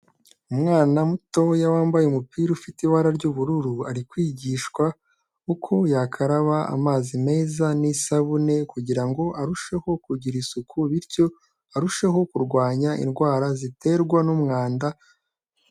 Umwana mutoya wambaye umupira ufite ibara ry'ubururu ari kwigishwa uko yakaraba amazi meza n'isabune, kugirango arusheho kugira isuku bityo arusheho kurwanya indwara ziterwa n'umwanda.